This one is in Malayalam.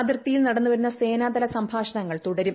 അതിർത്തിയിൽ നടന്നുവരുന്ന സേനാ തല സംഭാഷണങ്ങൾ തുടരും